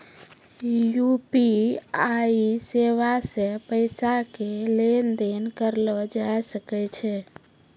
UPI सेबा से पैसा के लेन देन करलो जाय सकै छै